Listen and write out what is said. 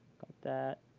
that.